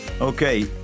Okay